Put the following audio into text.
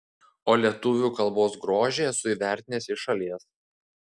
o lietuvių kalbos grožį esu įvertinęs iš šalies